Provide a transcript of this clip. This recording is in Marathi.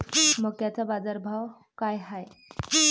मक्याचा बाजारभाव काय हाय?